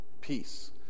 peace